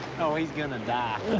he's gonna die.